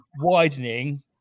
widening